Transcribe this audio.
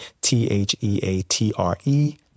T-H-E-A-T-R-E